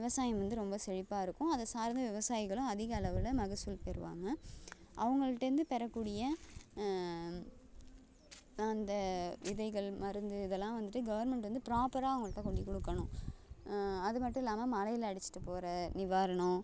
விவசாயம் வந்து ரொம்ப செழிப்பாக இருக்கும் அதை சார்ந்த விவசாயிகளும் அதிக அளவில் மகசூல் பெறுவாங்க அவங்கள்ட்டேருந்து பெறக்கூடிய அந்த விதைகள் மருந்து இதெல்லாம் வந்துட்டு கவர்மெண்ட் வந்து ப்ராப்பராக அவங்ககிட்ட கொண்டு கொடுக்கணும் அது மட்டும் இல்லாமல் மலையில் அடிச்சுட்டு போகிற நிவாரணம்